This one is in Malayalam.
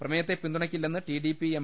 പ്രമേയത്തെ പിന്തു ണയ്ക്കില്ലെന്ന് ടി ഡി പി എം